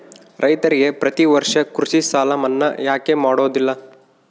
ರೈತರಿಗೆ ಪ್ರತಿ ವರ್ಷ ಕೃಷಿ ಸಾಲ ಮನ್ನಾ ಯಾಕೆ ಮಾಡೋದಿಲ್ಲ?